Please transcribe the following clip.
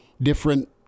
Different